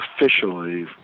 officially